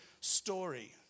story